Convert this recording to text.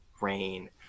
Rain